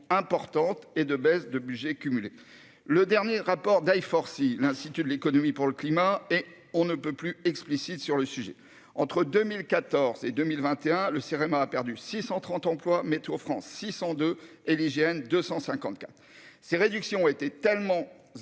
d'effectifs et de baisse de budgets cumulés. Le dernier rapport d'I4CE, l'Institut de l'économie pour le climat, est on ne peut plus explicite sur le sujet : entre 2014 et 2021, le Cerema a perdu 633 emplois, Météo-France 602 et l'IGN 254 ! Ces réductions ont été tellement